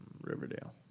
Riverdale